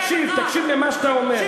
תקשיב, תקשיב למה שאתה אומר.